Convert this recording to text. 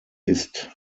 ist